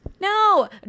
No